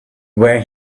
where